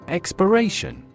expiration